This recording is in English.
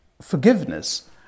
forgiveness